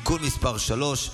(תיקון מס' 3),